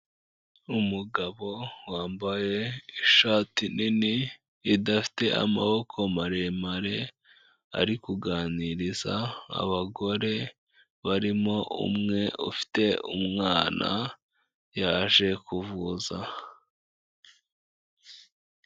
Umugabo wambaye ishati nini idafite amaboko maremare, ari kuganiriza abagore barimo umwe ufite umwana yaje kuvuza.